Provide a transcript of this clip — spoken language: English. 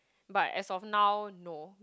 but as of now no